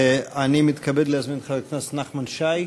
אני מתכבד להזמין את חבר הכנסת נחמן שי.